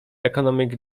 economic